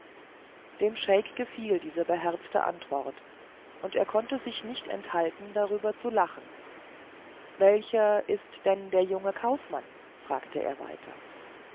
dem scheik gefiel diese beherzte antwort und er konnte sich nicht enthalten darüber zu lachen welcher ist denn der junge kaufmann fragte er weiter